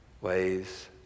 ways